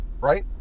Right